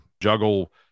juggle